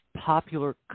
popular